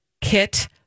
kit